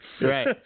Right